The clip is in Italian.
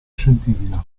scientifica